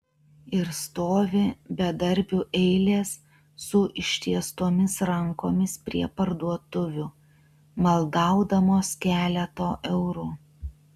ir stovi bedarbių eilės su ištiestomis rankomis prie parduotuvių maldaudamos keleto eurų